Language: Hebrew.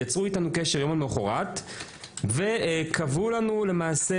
יצרו איתנו קשר יום למחרת וקבעו לנו פגישה